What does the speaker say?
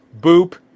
boop